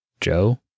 Joe